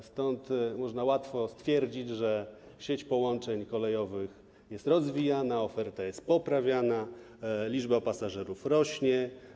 W związku z tym można łatwo stwierdzić, że sieć połączeń kolejowych jest rozwijana, oferta jest poprawiana, liczba pasażerów rośnie.